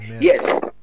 Yes